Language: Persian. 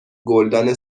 گلدان